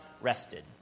rested